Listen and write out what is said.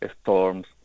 storms